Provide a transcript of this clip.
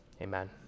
amen